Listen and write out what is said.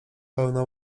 pełna